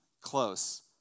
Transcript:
close